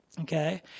okay